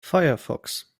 firefox